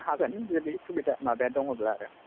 हागोन जुदि सुबिदा माबाया दङब्ला आरो